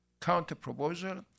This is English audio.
counter-proposal